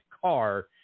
car